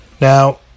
Now